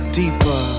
deeper